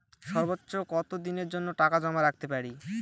সর্বোচ্চ কত দিনের জন্য টাকা জমা রাখতে পারি?